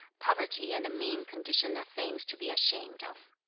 poverty and a mean condition are things to be ashamed of.